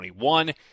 21